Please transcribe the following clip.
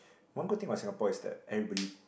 one good thing about Singapore is that everybody